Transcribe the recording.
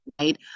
right